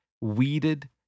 weeded